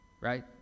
right